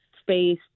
space